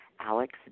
Alex